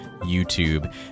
YouTube